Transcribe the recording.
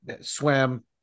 swam